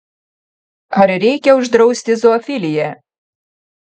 ar reikia uždrausti zoofiliją